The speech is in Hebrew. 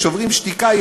"שוברים שתיקה",